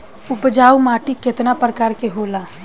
उपजाऊ माटी केतना प्रकार के होला?